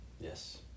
Yes